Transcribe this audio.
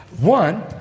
One